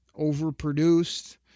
overproduced